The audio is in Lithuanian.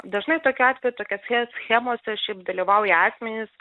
dažnai tokiu atveju tokiose schemose šiaip dalyvauja asmenys